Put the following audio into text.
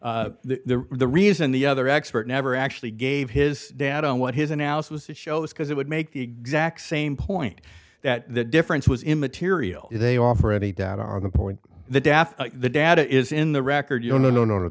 the reason the other expert never actually gave his dad on what his analysis it shows because it would make the exact same point that the difference was immaterial if they offer any data on the point the death the data is in the record you know no